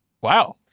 Wow